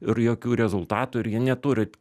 ir jokių rezultatų ir jie neturi